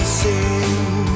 sing